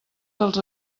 dels